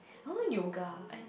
[huh] yoga